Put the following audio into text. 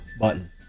button